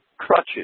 crutches